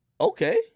Okay